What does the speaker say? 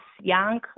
young